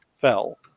fell